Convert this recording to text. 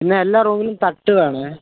പിന്നെ എല്ലാ റൂമിലും തട്ട് വേണേ